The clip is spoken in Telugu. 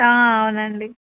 అవునండి